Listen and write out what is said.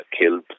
killed